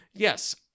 Yes